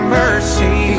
mercy